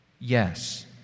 Yes